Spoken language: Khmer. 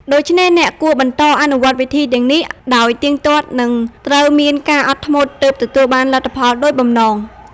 ដូច្នេះអ្នកគួរបន្តអនុវត្តវិធីទាំងនេះដោយទៀងទាត់ និងត្រូវមានការអត់ធ្មត់ទើបទទួលបានលទ្ធផលដូចបំណង។